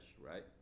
right